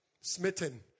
Smitten